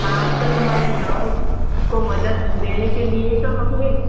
हाँ तो तुम्हारे गाँव को मदद देने के लिए ही तो हम हैं